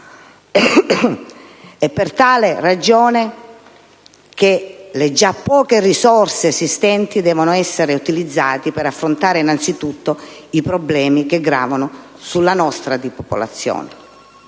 È per tale ragione che le già poche risorse esistenti devono essere utilizzate per affrontare innanzitutto i problemi che gravano sulla nostra di popolazione.